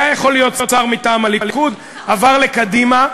היה יכול להיות שר מטעם הליכוד, עבר לקדימה,